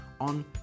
on